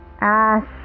Ash